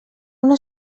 una